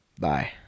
Bye